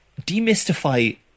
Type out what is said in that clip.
demystify